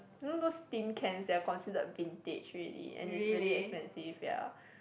all those tin cans they're considered vintage already and it's really expensive ya